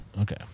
Okay